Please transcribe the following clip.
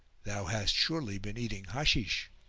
thou hast surely been eating hashish,